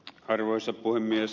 arvoisa puhemies